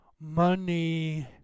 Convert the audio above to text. Money